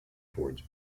towards